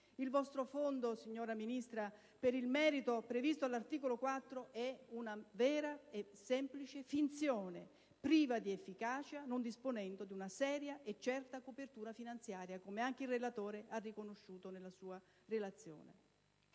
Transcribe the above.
il merito, signora Ministro, previsto all'articolo 4, è una vera e semplice finzione, priva di efficacia, non disponendo di una seria e certa copertura finanziaria, come anche il relatore ha riconosciuto nella sua relazione.